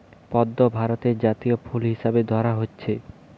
পদ্ম ভারতের জাতীয় ফুল হিসাবে ধরা হইচে